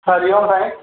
Hari Om Sai